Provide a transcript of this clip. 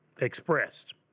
expressed